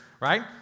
right